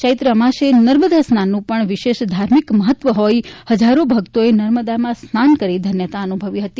ચૈત્ર અમાસે નર્મદા સ્નાનનું વિશેષ ધાર્મિક મહત્વ હોઈ હજારો ભક્તોએ નર્મદામાં સ્નાન કરી ધન્યતા અનુભવી હતી